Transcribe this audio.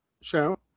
show